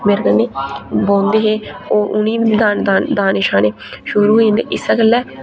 बौंह्दी ही उ'नें बी दानें शाने शुरू होई जंदे इस्सै गल्ला